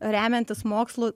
remiantis mokslu